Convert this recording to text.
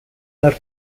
las